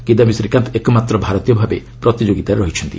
କିଦାୟୀ ଶ୍ରୀକାନ୍ତ ଏକମାତ୍ର ଭାରତୀୟ ଭାବେ ପ୍ରତିଯୋଗୀତାରେ ରହିଛନ୍ତି